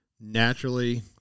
naturally